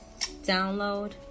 download